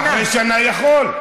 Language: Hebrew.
אחרי שנה יכול.